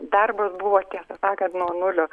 darbas buvo tiesą sakant nuo nulio